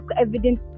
evidence